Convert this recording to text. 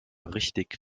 richtig